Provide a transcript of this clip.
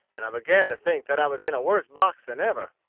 and i began to think that i was in a worse box than ever.